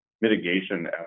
mitigation